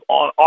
on